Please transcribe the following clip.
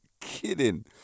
kidding